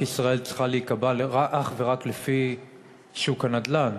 ישראל צריכה להיקבע אך ורק לפי שוק הנדל"ן,